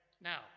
Now